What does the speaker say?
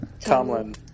Tomlin